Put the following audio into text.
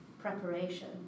preparation